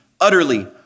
utterly